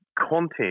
content